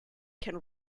can